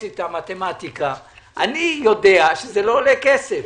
אני יודע שזה לא עולה כסף.